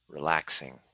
Relaxing